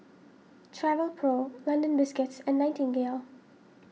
Travelpro London Biscuits and Nightingale